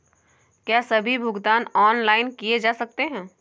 क्या सभी भुगतान ऑनलाइन किए जा सकते हैं?